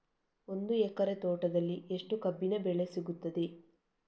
ಒಂದು ಎಕರೆ ತೋಟದಲ್ಲಿ ಎಷ್ಟು ಕಬ್ಬಿನ ಬೆಳೆ ಸಿಗುತ್ತದೆ?